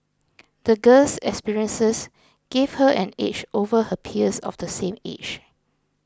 the girl's experiences gave her an edge over her peers of the same age